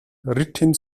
ritten